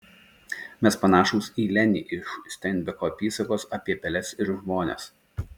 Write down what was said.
mes panašūs į lenį iš steinbeko apysakos apie peles ir žmones